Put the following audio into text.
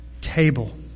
table